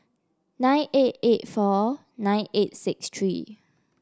nine eight eight four nine eight six three